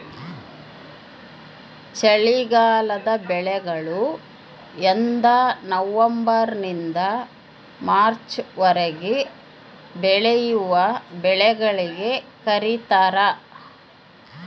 ಚಳಿಗಾಲದ ಬೆಳೆಗಳು ಎಂದನವಂಬರ್ ನಿಂದ ಮಾರ್ಚ್ ವರೆಗೆ ಬೆಳೆವ ಬೆಳೆಗಳಿಗೆ ಕರೀತಾರ